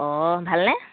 অঁ ভালনে